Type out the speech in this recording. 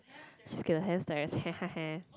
she's scared of hamsters heh heh heh